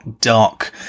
dark